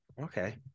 Okay